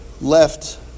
left